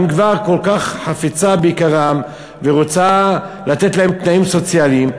אם כבר כל כך חפצה ביקרם ורוצה לתת להם תנאים סוציאליים,